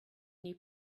knew